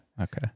Okay